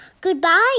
Goodbye